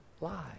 lie